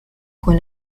con